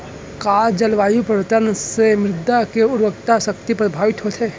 का जलवायु परिवर्तन से मृदा के उर्वरकता शक्ति प्रभावित होथे?